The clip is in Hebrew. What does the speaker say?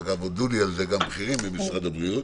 ואגב הודו לי על זה גם בכירים במשרד הבריאות,